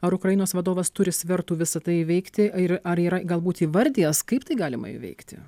ar ukrainos vadovas turi svertų visa tai įveikti a ir ar yra galbūt įvardijęs kaip tai galima įveikti